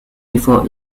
before